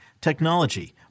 technology